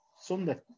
Sunday